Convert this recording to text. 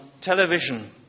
television